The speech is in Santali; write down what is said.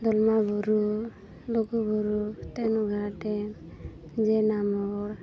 ᱫᱚᱞᱢᱟ ᱵᱩᱨᱩ ᱞᱩᱜᱩᱵᱩᱨᱩ ᱛᱮᱱᱜᱟ ᱰᱮᱢ ᱡᱮᱱᱟ ᱢᱳᱲ